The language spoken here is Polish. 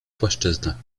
płaszczyznach